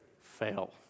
fail